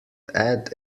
add